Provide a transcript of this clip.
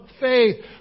faith